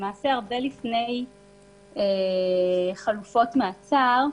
הרבה לפני חלופות מעצר,